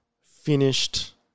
finished